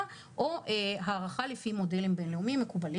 או הערכה לפי מודלים בין-לאומיים מקובלים.